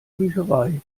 bücherei